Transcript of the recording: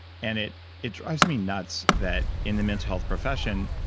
and it it drives me nuts that in the mental health profession,